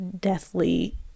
deathly